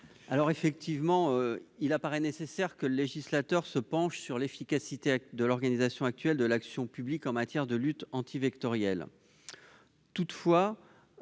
Bernard Jomier. Il apparaît nécessaire que le législateur se penche sur l'efficacité de l'organisation actuelle de l'action publique en matière de lutte antivectorielle.